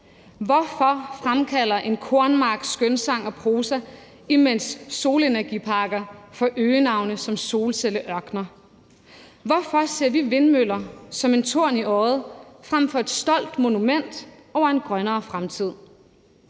Hvorfor fremkalder en kornmark skønsang og prosa, imens solenergiparker får øgenavne som solcelleørkener? Hvorfor ser vi vindmøller som en torn i øjet frem for som et stolt monument over en grønnere fremtid?